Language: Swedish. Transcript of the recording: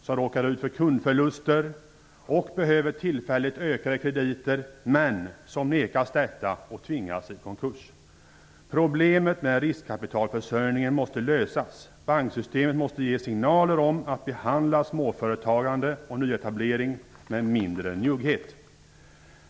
De råkar ut för kundförluster och behöver tillfälligt ökade krediter men nekas detta och tvingas till konkurs. Problemet med riskkapitalförsörjningen måste lösas. Banksystemet måste ges signaler om att behandla småföretagande och nyetablering med mindre njugghet.